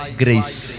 grace